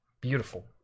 beautiful